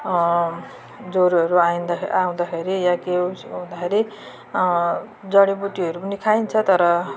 ज्वरोहरू आउँदाखेरि आउँदाखेरि या के उयस हुँदाखेरि जडीबुटीहरू पनि खाइन्छ तर